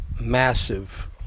massive